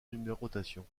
numérotation